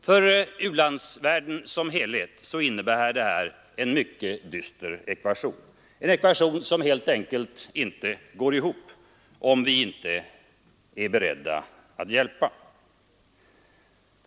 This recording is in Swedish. För u-landsvärlden som helhet innebär detta en mycket dyster ekvation, en ekvation som helt enkelt inte går ihop, om vi inte är beredda att hjälpa.